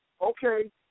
okay